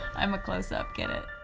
i'm a close-up, get it?